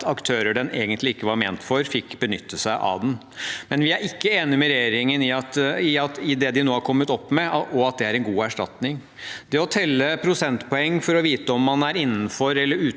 at aktører den egentlig ikke var ment for, fikk benytte seg av den. Men vi er ikke enig med regjeringen i det de nå har kommet opp med, og at det er en god erstatning. Det å telle prosentpoeng for å vite om man er innenfor eller utenfor